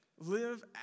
Live